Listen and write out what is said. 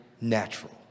natural